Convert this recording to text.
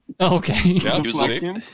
Okay